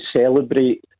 celebrate